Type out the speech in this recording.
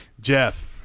Jeff